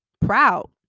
Proud